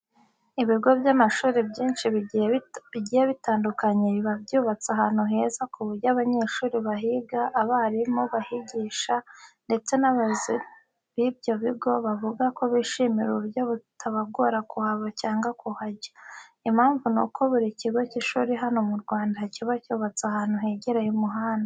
Ibigo by'amashuri byinshi bigiye bitandukanye biba byubatse ahantu heza ku buryo abanyeshuri bahiga, abarimu bahigisha ndetse n'abayobozi b'ibyo bigo bavuga ko bishimira uburyo bitabagora kuhava cyangwa kuhajya. Impamvu nuko buri kigo cy'ishuri hano mu Rwanda, kiba cyubatse ahantu hegereye umuhanda.